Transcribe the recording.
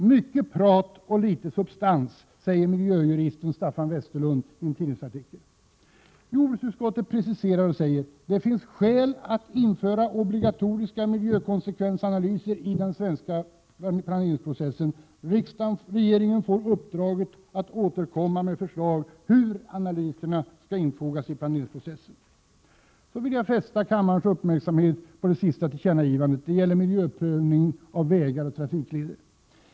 ”Mycket prat och litet substans”, säger miljöjuristen Staffan Westerlund i en tidningsartikel. Jordbruksutskottet preciserar och säger: Det finns skäl att införa obligatoriska miljökonsekvensanalyser i den svenska planeringsprocessen. Regeringen får uppdraget att återkomma med förslag hur analyserna skall infogas i planeringsprocessen. Så vill jag fästa kammarens uppmärksamhet på det sista förslaget om ett tillkännagivande. Det gäller miljöprövningen av vägar och trafikleder.